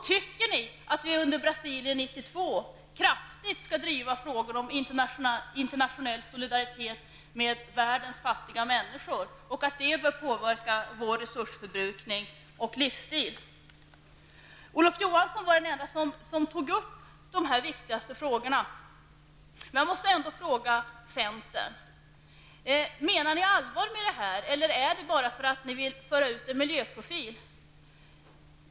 Tycker ni att vi under Brasilienkonferensen 1992 kraftigt skall driva frågor om internationell solidaritet med världens fattiga människor, och att det bör påverka vår resursförbrukning och livstil? Olof Johansson var den ende som tog upp de här viktigaste frågorna. Men jag måste ändå fråga centern: Menar ni allvar med det här, eller säger ni det bara för att ni vill föra ut en miljöprofil?